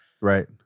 Right